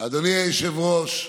אדוני היושב-ראש,